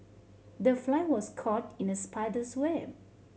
the fly was caught in the spider's web